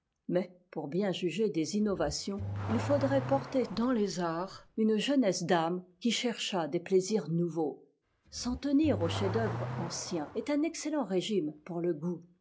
mais pour bien juger des innovations il faudrait porter dans les arts une jeunesse d'âme qui cherchât des plaisirs nouveaux s'en tenir aux chefsd'œuvre anciens est un excellent régime pour le goût